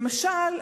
למשל,